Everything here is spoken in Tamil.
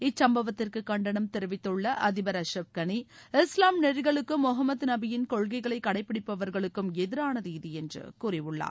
இச்சும்பவத்திற்கு கண்டனம் தெரிவித்துள்ள அழிபர் அஷ்ரப் கனி இஸ்லாம் நெறிகளுக்கும் முகம்மது நபியின் கொள்கைகளை கடைப்பிடிப்பவர்களுக்கும் எதிரானது இது என்று கூறியுள்ளார்